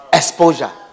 exposure